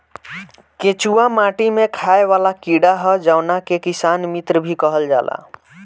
केचुआ माटी में खाएं वाला कीड़ा ह जावना के किसान मित्र भी कहल जाला